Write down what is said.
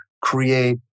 create